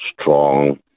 strong